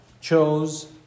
chose